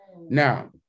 Now